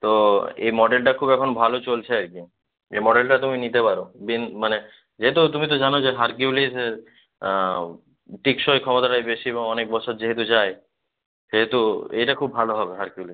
তো এই মডেলটা খুব এখন ভালো চলছে আর কি এ মডেলটা তুমি নিতে পার মানে যেহেতু তুমি তো জানো যে হারকিউলিস টেকসই ক্ষমতাটায় বেশি এবং অনেক বছর যেহেতু যায় সেহেতু এইটা খুব ভালো হবে হারকিউলিস